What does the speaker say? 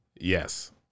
Yes